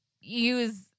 use